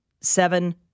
Seven